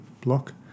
block